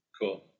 cool